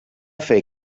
fer